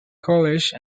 college